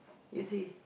easy